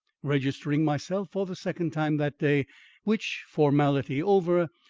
registering myself for the second time that day which formality over,